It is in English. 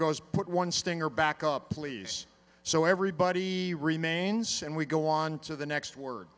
goes put one stinger back up please so everybody remains and we go on to the next word